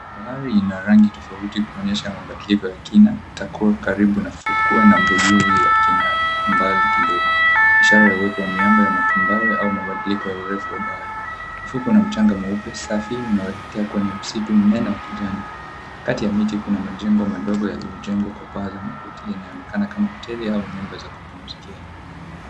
Bahari ina rangi tofauti kuonyesha mabadiliko ya kina. Itakuwa karibu na fuwe na buluu ya kina mbali kidogo. Ishara ya uwepo wa miamba ya matumbawe au mabadiliko ya urefu wa bahari. Ufuko una mchanga mweupe safi unaoelekea kwenye msitu mnene wa kijani. Kati ya miti kuna majengo madogo yaliyojengwa kwa paa za makuti yanayoonekana kama hoteli au nyumba za kupumzikia.